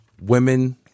women